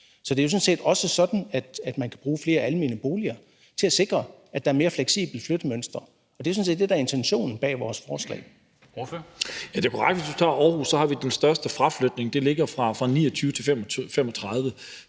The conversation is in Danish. Så det er jo sådan set også sådan, at man kan bruge flere almene boliger til at sikre, at der er mere fleksible flyttemønstre, og det er sådan set det, der er intentionen bag vores forslag. Kl. 18:12 Formanden (Henrik Dam Kristensen): Ordføreren. Kl. 18:12 Lars